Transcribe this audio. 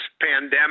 pandemic